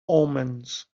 omens